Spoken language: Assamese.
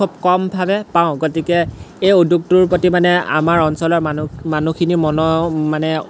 খুব কমভাৱে পাওঁ গতিকে এই উদ্যোগটোৰ প্ৰতি মানে আমাৰ অঞ্চলৰ মানুহ মানুহখিনি মন মানে